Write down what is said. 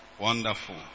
Wonderful